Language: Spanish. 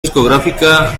discográfica